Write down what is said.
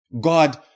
God